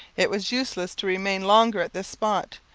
it was useless to remain longer at this spot,